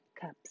Cups